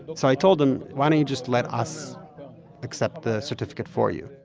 but so i told him, why don't you just let us accept the certificate for you?